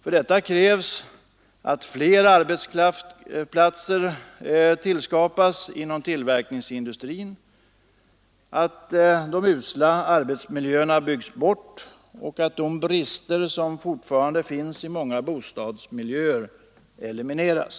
För detta krävs att fler arbetsplatser skapas inom tillverkningsindustrin, att de usla arbetsmiljöerna byts bort och att de brister som fortfarande finns i många bostadsmiljöer elimineras.